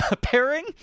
pairing